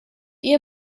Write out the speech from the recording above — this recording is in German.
ihr